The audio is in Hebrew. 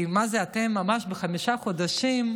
כי אתם, ממש, בחמישה חודשים,